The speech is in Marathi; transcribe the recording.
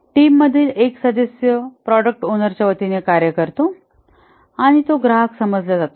टीमातील एक सदस्य प्रॉडक्ट ओनरच्या वतीने कार्य करतो आणि तो ग्राहक समजला जातो